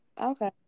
Okay